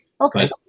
Okay